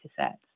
sets